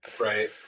Right